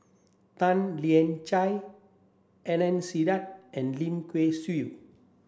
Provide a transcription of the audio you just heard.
Tan Lian Chye Adnan Saidi and Lim Kay Siu